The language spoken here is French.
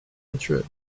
mutuelle